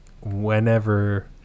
whenever